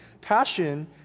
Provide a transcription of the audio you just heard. Passion